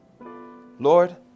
Lord